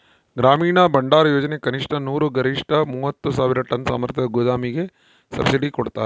ಗ್ರಾಮೀಣ ಭಂಡಾರಯೋಜನೆ ಕನಿಷ್ಠ ನೂರು ಗರಿಷ್ಠ ಮೂವತ್ತು ಸಾವಿರ ಟನ್ ಸಾಮರ್ಥ್ಯದ ಗೋದಾಮಿಗೆ ಸಬ್ಸಿಡಿ ಕೊಡ್ತಾರ